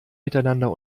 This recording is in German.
miteinander